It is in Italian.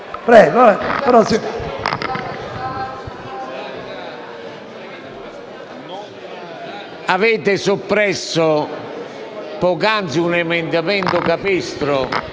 avete soppresso poc'anzi un emendamento capestro.